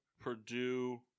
Purdue